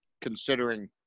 considering